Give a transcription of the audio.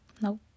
nope